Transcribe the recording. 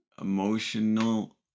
emotional